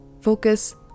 focus